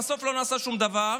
ובסוף לא נעשה שום דבר,